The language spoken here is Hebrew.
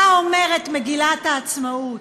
מה אומרת מגילת העצמאות?